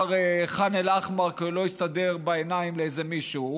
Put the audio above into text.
ח'אן אל-אחמר כי הוא לא הסתדר בעיניים לאיזה מישהו,